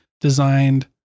designed